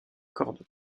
cordes